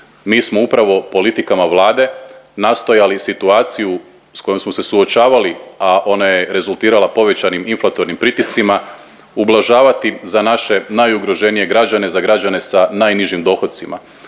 Mi smo upravo politikama Vlade nastojali situaciju s kojom smo se suočavali, a ona je rezultirala povećanim inflatornim pritiscima ublažavati za naše najugroženije građane, za građane sa najnižim dohocima.